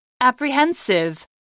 Apprehensive